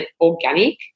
organic